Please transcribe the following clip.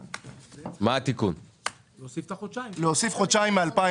להוסיף חודשיים מ-2020.